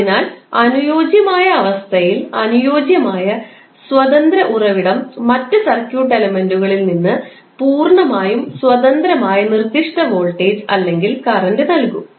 അതിനാൽ അനുയോജ്യമായ അവസ്ഥയിൽ അനുയോജ്യമായ സ്വതന്ത്ര ഉറവിടം മറ്റ് സർക്യൂട്ട് എലമെൻറുകളിൽ നിന്ന് പൂർണ്ണമായും സ്വതന്ത്രമായ നിർദ്ദിഷ്ട വോൾട്ടേജ് അല്ലെങ്കിൽ കറൻറ് നൽകും